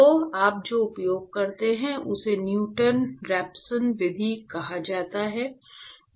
तो आप जो उपयोग करते हैं उसे न्यूटन रैफसन विधि कहा जाता है